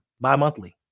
bi-monthly